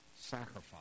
sacrifice